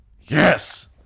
Yes